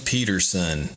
Peterson